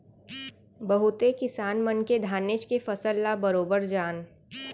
बहुते किसान मन के धानेच के फसल ल बरोबर जान